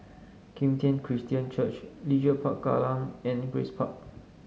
Kim Tian Christian Church Leisure Park Kallang and Grace Park